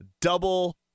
double